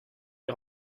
est